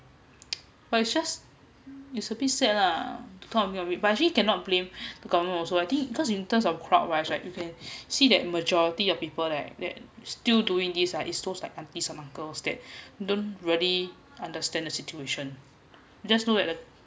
but it just it's a bit sad lah come to think of it but actually cannot blame government also I think because in terms of clockwise right you can see that majority of people there they still doing this this it's most like aunties and uncles that don't really understand the situation just know that the